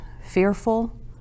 fearful